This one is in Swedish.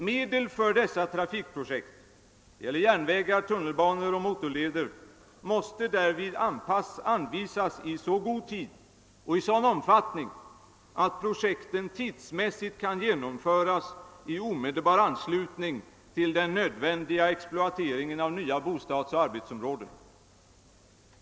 Medel till dessa trafikprojekt — det gäller järnvägar, tunnelbanor och motorleder — måste därvid anvisas i så god tid och i sådan omfattning att projekten tidsmässigt kan genomföras i omedelbar anslutning till den nödvändiga exploateringen av nya bostadsoch arbetsområden.